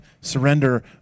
surrender